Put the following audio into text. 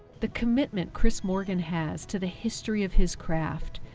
the commitment chris morgan has to the history of his craft,